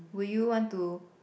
will you want to